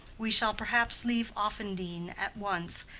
we shall perhaps leave offendene at once,